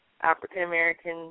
African-American